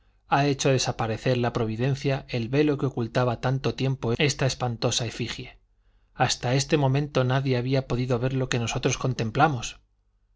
ha hecho desaparecer la providencia el velo que ocultaba tanto tiempo esta espantosa efigie hasta este momento nadie había podido ver lo que nosotros contemplamos